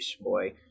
boy